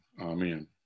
Amen